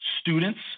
students